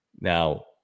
Now